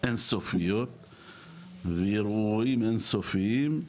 אין סופיות וערעורים אין סופיים.